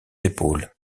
épaules